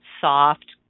soft